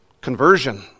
conversion